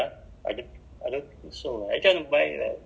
ikea the foo~ the food open or not ah now